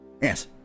Yes